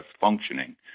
functioning